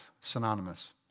synonymous